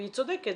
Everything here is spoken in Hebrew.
והיא צודקת,